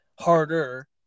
harder